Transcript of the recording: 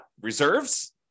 Reserves